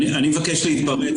אני מבקש להתפרץ